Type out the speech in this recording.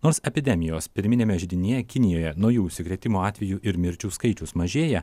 nors epidemijos pirminiame židinyje kinijoje naujų užsikrėtimo atvejų ir mirčių skaičius mažėja